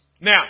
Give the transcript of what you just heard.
Now